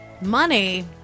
money